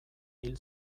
hil